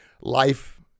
life